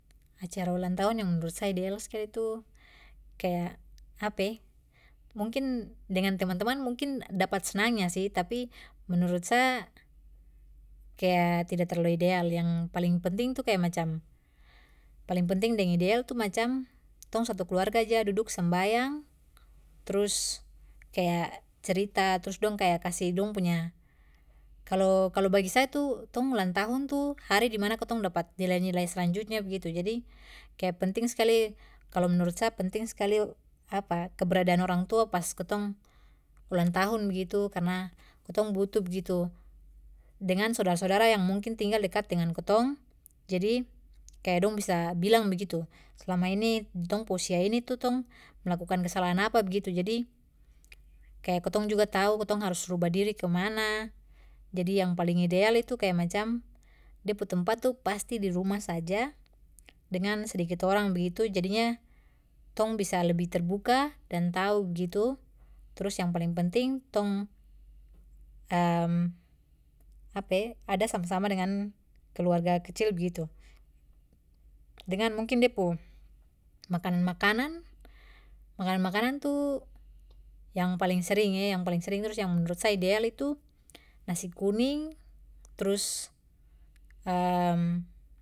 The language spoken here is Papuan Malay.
Acara ulang tahun yang menurut sa ideal skali tu kaya mungkin dengan teman teman mungkin dapat senangnya sih tapi menurut sa kaya tidak terlalu ideal yang paling penting tu kaya macam, paling penting deng ideal tu macam tong satu keluarga aja duduk sembayang trus kaya cerita trus dong kaya kasih dong punya kalo kalo bagi sa tu ulang tahun hari dimana kitong dapat nilai nilai selanjutnya begitu jadi kaya penting skali kalo menurut sa penting skali keberadaan orang tua pas kitong ulang tahun begitu karna kitong butuh begitu, dengan sodara sodara yang mungkin tinggal dekat dengan kitong jadi kaya dong bisa bilang begitu slama ini di tong pu usia ini tu tong melakukan kesalahan apa begitu jadi kaya kitong juga tahu kitong harus rubah diri kemana, jadi yang paling ideal tu kaya macam de pu tempat tu pasti di rumah saja dengan sedikit orang begitu jadinya tong bisa lebih terbuka dan tahu begitu, trus yang paling penting tong ada sama sama dengan keluarga kecil begitu, dengan mungkin de pu makanan makanan, makanan makanan tu yang paling sering eh yang paling sering terus yang menurut sa ideal itu nasi kuning terus.